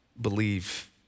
believe